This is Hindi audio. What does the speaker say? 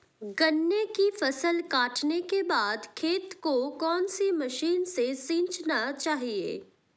गन्ने की फसल काटने के बाद खेत को कौन सी मशीन से सींचना चाहिये?